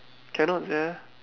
cannot sia